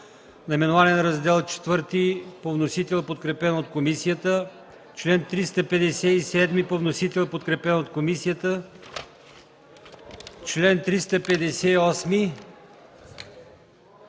наименование на Раздел ІV – по вносител, подкрепен от комисията; чл. 357 – по вносител, подкрепен от комисията; чл. 358...